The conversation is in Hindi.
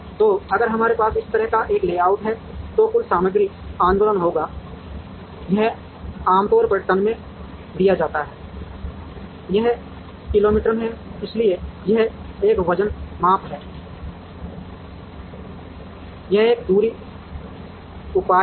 तो अगर हमारे पास इस तरह का एक लेआउट है तो कुल सामग्री आंदोलन होगा यह आमतौर पर टन में दिया जाता है यह किलो मीटर में है इसलिए यह एक वजन माप है यह एक दूरी उपाय है